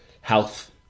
health